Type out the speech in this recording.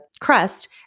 crust